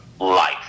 life